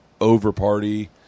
over-party